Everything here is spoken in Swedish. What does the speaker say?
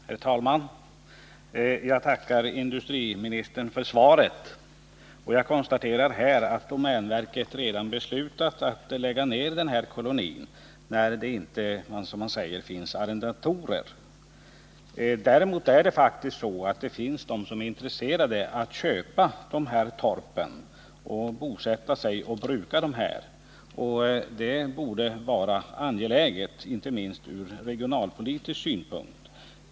Herr talman! Jag tackar industriministern för svaret. Jag konstaterar att domänverket redan har beslutat att lägga ned Juktåkolonin, eftersom det, som industriministern säger, inte finns arrendatorer. Men det finns faktiskt människor som är intresserade av att köpa de aktuella torpen, bosätta sig där och bruka marken. Och det borde vara angeläget, inte minst ur regionalpolitisk synpunkt.